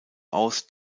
aus